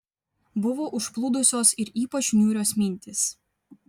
buvo užplūdusios ir ypač niūrios mintys